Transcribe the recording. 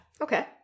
Okay